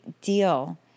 deal